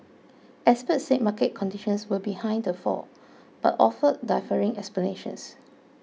experts said market conditions were behind the fall but offered differing explanations